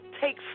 Take